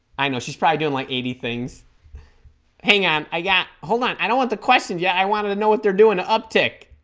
i know she's probably doing like eighty things hang on i got hold on i don't want the questions yeah i wanted to know what they're doing an uptick